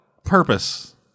Purpose